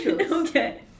Okay